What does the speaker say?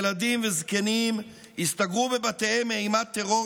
ילדים וזקנים הסתגרו בבתיהם מאימת טרור